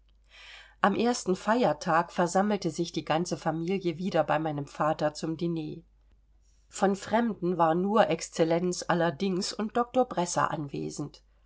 am ersten feiertag versammelte sich die ganze familie wieder bei meinem vater zum diner von fremden war nur excellenz allerdings und doktor bresser anwesend